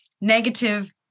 negative